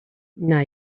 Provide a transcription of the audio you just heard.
now